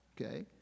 okay